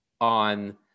on